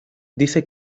dice